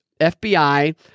FBI